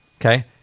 Okay